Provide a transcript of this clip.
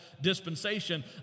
dispensation